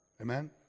Amen